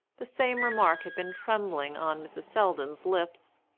the same remark had been trembling on mrs. selldon's lips.